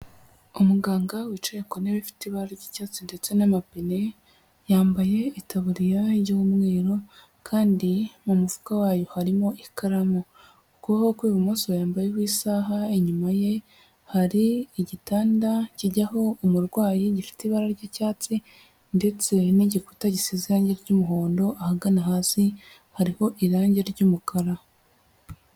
Umuganga wicaye ku ntebe ifite ibara ry'icyatsi ndetse n'amapine, yambaye itaburiya y'umweru kandi mu mufuka wayo harimo ikaramu. Ku kuboko kw'ibumoso yambayeho isaha inyuma ye hari igitanda kijyaho umurwayi gifite ibara ry'icyatsi ndetse n'igikuta giseze irangi ry'umuhondo ahagana hasi hariho irangi ry'umukara.